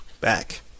back